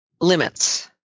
Limits